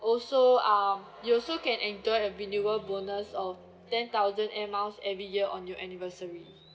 also um you also can enjoy a minimum bonus of ten thousand air miles every year on your anniversary